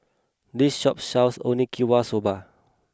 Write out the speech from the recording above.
this shop sells Soba